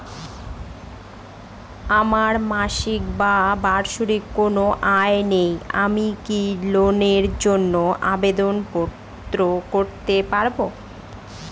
আমার মাসিক বা বার্ষিক কোন আয় নেই আমি কি লোনের জন্য আবেদন করতে পারব?